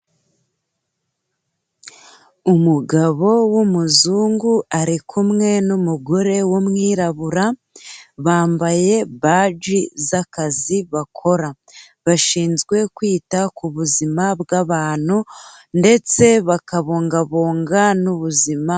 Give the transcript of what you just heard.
Umugabo w'umuzungu ari kumwe n'umugore w'umwirabura bambaye baji z'akazi bakora, bashinzwe kwita ku buzima bw'abantu ndetse bakabungabunga n'ubuzima.